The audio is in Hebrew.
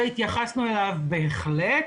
והתייחסנו אליו בהחלט.